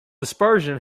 dispersion